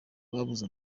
babuze